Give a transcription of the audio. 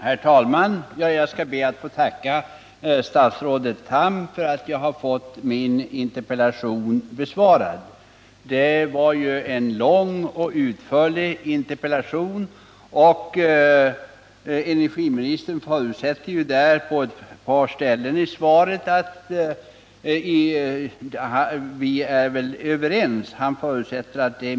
Herr talman! Jag ber att få tacka statsrådet Tham för svaret på min interpellation. Det var ett långt och utförligt svar. Statsrådet förutsätter på ett par ställen i svaret att vi är överens.